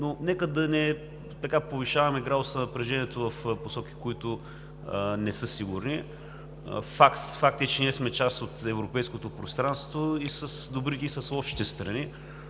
но нека да не повишаваме градуса на напрежението в посоки, които не са сигурни. Факт е, че ние сме част от европейското пространство – и с лошите страни